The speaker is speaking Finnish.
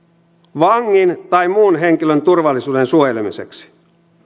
vangin tai muun henkilön turvallisuuden suojelemiseksi